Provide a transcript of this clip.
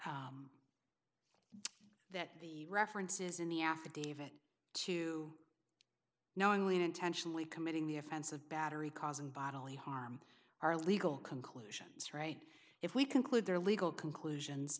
that that the references in the affidavit to knowingly and intentionally committing the offense of battery causing bodily harm are legal conclusions right if we conclude their legal conclusions